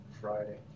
Friday